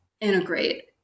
integrate